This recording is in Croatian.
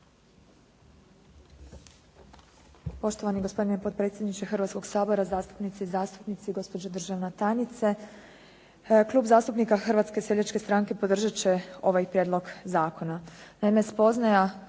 Poštovani gospodine potpredsjedniče Hrvatskoga sabora, zastupnice i zastupnici, gospođo državna tajnice. Klub zastupnika Hrvatske seljačke stranke podržat će ovaj prijedlog zakona.